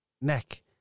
Nick